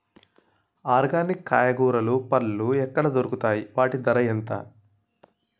Organic కూరగాయలు పండ్లు ఎక్కడ దొరుకుతాయి? వాటి ధర ఎంత?